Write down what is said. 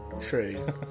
true